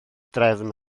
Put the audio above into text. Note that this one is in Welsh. drefn